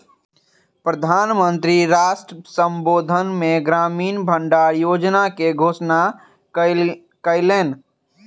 प्रधान मंत्री राष्ट्र संबोधन मे ग्रामीण भण्डार योजना के घोषणा कयलैन